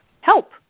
help